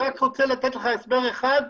אתן הסבר אחד,